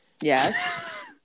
yes